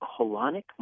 colonic